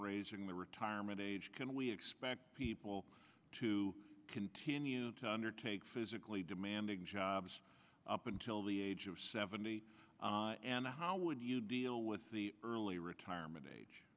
raising the retirement age can we expect people to continue to undertake physically demanding jobs up until the age of seventy and how would you deal with the early retirement age